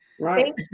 right